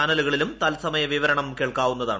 ചാനലുകളിലും തത്സമയ വിവരണം കേൾക്കാവുന്നതാണ്